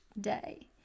day